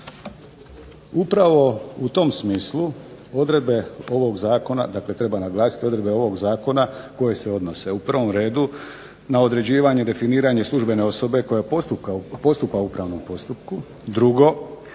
treba naglasiti odredbe ovog zakona koje se odnose u prvom redu na određivanje i definiranje službene osobe koja postupa u upravnom postupku; drugo,